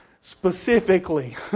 specifically